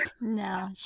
no